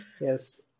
Yes